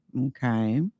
okay